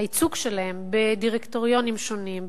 הייצוג שלהן בדירקטוריונים שונים,